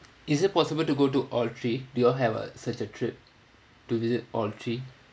is it possible to go to all three do you all have uh such a trip to visit all three